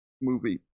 movie